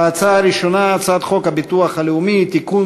ההצעה הראשונה: הצעת חוק הביטוח הלאומי (תיקון,